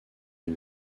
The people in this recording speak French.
une